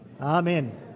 Amen